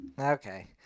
Okay